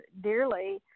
dearly